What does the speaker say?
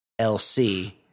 LC